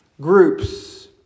groups